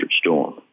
Storm